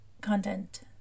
content